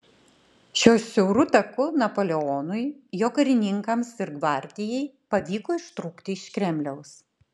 šiuo siauru taku napoleonui jo karininkams ir gvardijai pavyko ištrūkti iš kremliaus